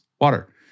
water